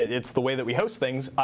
it's the way that we host things.